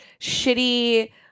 shitty